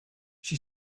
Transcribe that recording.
she